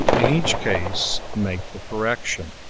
in each case make the correction.